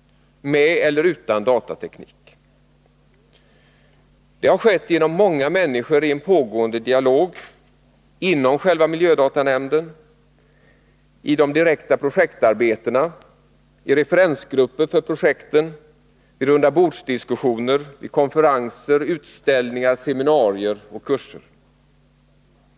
— med eller utan datateknik. Det har skett genom många människor i en pågående dialog inom själva miljödatanämnden, i de direkta projektarbetena, i referensgrupper för projekten, vid rundabordsdiskussioner, konferenser, utställningar, seminarier och kurser.